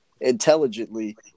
intelligently